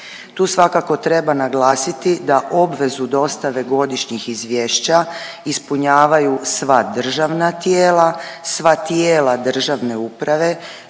Tu svakako treba naglasiti da obvezu dostave godišnjih izvješća ispunjavaju sva državna tijela, sva tijela državne uprave,